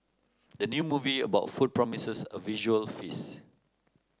the new movie about food promises a visual feast